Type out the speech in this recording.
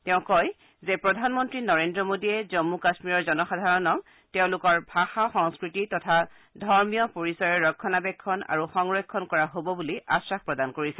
তেওঁ কয় যে প্ৰধানমন্ত্ৰী নৰেস্ৰ মোডীয়ে জম্মু কাম্মীৰৰ জনসাধাৰণক তেওঁলোকৰ ভাষা সংস্কৃতি তথা ধৰ্মীয় পৰিচয়ৰ ৰক্ষণাবেক্ষণ আৰু সংৰক্ষণ কৰা হ'ব বুলি আগ্নাস প্ৰদান কৰিছে